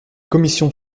commission